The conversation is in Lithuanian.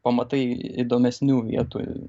pamatai įdomesnių vietų